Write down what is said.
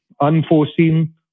unforeseen